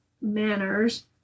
manners